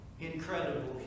incredible